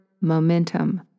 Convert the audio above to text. momentum